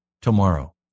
tomorrow